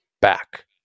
back